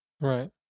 Right